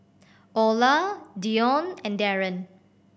Olar Dione and Darren